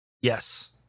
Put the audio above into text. yes